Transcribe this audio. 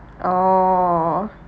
oh